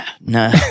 No